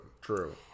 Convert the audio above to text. True